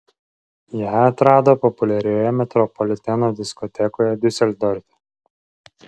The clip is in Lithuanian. ją atrado populiarioje metropoliteno diskotekoje diuseldorfe